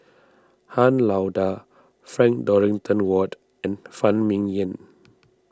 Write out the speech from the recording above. Han Lao Da Frank Dorrington Ward and Phan Ming Yen